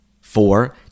four